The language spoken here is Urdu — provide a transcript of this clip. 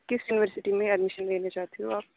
کس یونیورسٹی میں ایڈمیشن لینا چاہتے ہو آپ